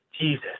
Jesus